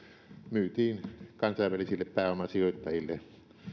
myytiin kansainvälisille pääomasijoittajille